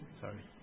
Sorry